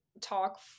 talk